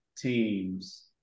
teams